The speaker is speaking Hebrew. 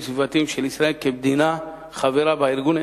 הסביבתיים של ישראל כמדינה חברה בארגון.